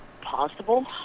possible